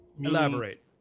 elaborate